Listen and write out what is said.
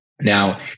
Now